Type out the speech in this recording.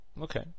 Okay